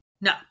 No